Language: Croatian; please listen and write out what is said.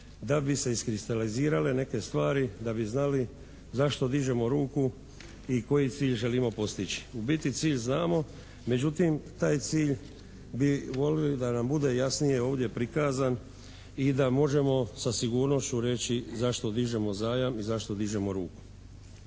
da bi se iskristalizirale neke stvari da bi znali za što dižemo ruku i koji cilj želimo postići. U biti cilj znamo, međutim taj cilj bi voljeli da nam bude jasnije ovdje prikazan i da možemo sa sigurnošću reći zašto dižemo zajam i zašto dižemo ruku.